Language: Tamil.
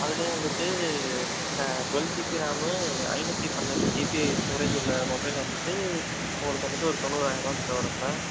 அதுலேயே வந்துட்டு ட்வெல் ஜிபி ரேமு ஐந்நூற்றி பன்னெண்டு ஜிபி ஸ்டோரேஜ் உள்ள மொபைல் வந்துட்டு உங்களுக்கு வந்துட்டு ஒரு தொண்ணூறாயிரம் ரூபா கிட்டே வரும் சார்